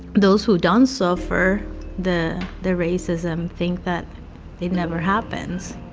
those who don't suffer the the racism think that it never happens